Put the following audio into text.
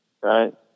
right